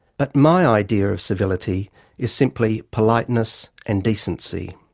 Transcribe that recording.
but my idea of civility is simply politeness and decency.